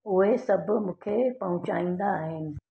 उहे सभु मूंखे पहुचाईंदा आहिनि